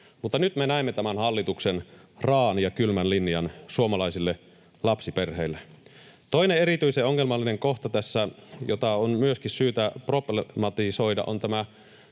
mutta nyt me näemme tämän hallituksen raa’an ja kylmän linjan suomalaisille lapsiperheille. Tässä toinen erityisen ongelmallinen kohta, jota on myöskin syytä problematisoida, on tämä